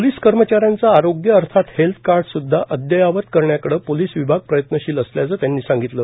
police कर्मचाऱ्यांचे आरोग्य अर्थात हेल्थ कार्ड स्द्धा अद्यावत करण्याकडे पोलीस विभाग प्रयत्नशील असल्याचे त्यांनी सांगितले